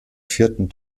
vierten